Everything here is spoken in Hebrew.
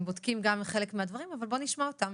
הם בודקים חלק מהדברים אבל בוא נשמע אותם.